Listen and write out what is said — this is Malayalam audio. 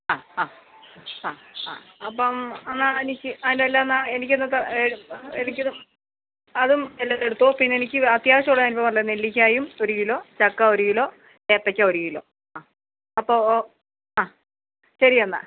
ആ ആ ആ ആ അപ്പം എന്നാൽ എനിക്ക് അതിന്റെയെല്ലാം എന്നാൽ എനിക്കൊന്ന് എനിക്കിത് അതും എല്ലാം എടുത്തോ പിന്നെ എനിക്ക് അത്യാവശ്യം ഉള്ളതാ ഞാനിപ്പം പറഞ്ഞത് നെല്ലിക്കായും ഒരു കിലോ ചക്ക ഒരു കിലോ ഏത്തയ്ക്ക ഒരു കിലോ ആ അപ്പോൾ ആ ശരി എന്നാൽ